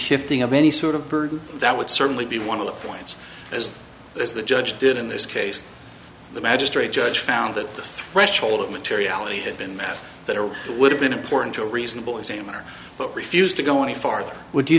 shifting of any sort of burden that would certainly be one of the points as it is the judge did in this case the magistrate judge found that the threshold of materiality had been met that it would have been important to a reasonable examiner but refused to go any farther would you